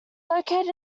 located